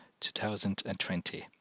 2020